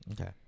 okay